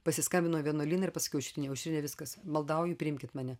pasiskambinau į vienuolyną ir paskiau aušrinei aušrine viskas maldauju priimkit mane